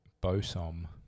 Bosom